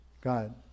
God